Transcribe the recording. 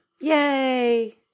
Yay